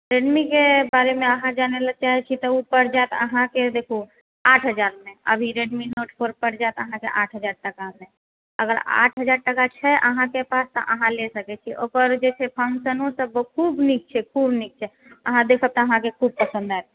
Redmi के बारे मे अहाँ जानय लए चाहै छी तऽ ओ पड़ि जायत अहाँके देखू आठ हजार मे अभी रेडमी नोड फोर पड़ि जायत अहाँके आठ हजार टाका मे अगर आठ हजार टाका छै अहाँके पास तऽ अहाँ लए सकै छी ओकर जे छै फंशनो सब खूब नीक छै खूब नीक छै अहाँ देखब तऽ अहाँके खूब पसन्द आयत